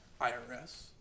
IRS